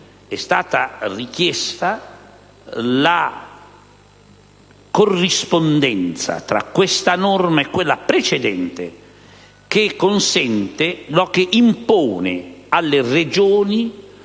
è stata richiesta la corrispondenza tra questa norma e quella precedente che impone alle Regioni